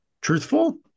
truthful